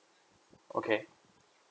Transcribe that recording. okay